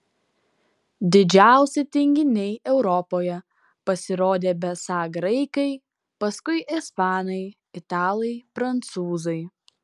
didžiausi tinginiai europoje pasirodė besą graikai paskui ispanai italai prancūzai